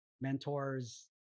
mentors